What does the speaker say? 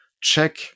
check